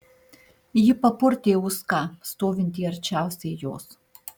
ji papurtė uską stovintį arčiausiai jos